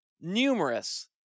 numerous